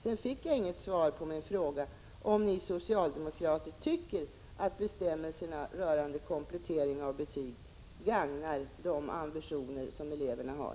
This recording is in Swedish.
Jag fick inget svar på frågan om ni socialdemokrater tycker att bestämmelserna rörande komplettering av betyg stärker de ambitioner som eleverna har.